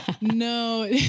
no